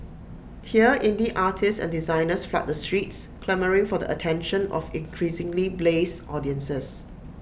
here indie artists and designers flood the streets clamouring for the attention of increasingly blase audiences